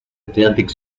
atlantic